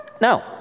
No